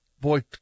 Boy